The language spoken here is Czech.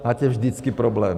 Máte vždycky problém.